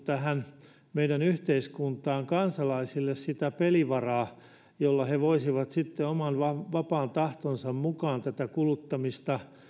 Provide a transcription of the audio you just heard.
tähän meidän yhteiskuntaan kansalaisille tavallaan sitä pelivaraa jolla he voisivat sitten oman vapaan tahtonsa mukaan kuluttamista